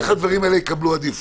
שמאפשר את הנגישות שדיברו עליה.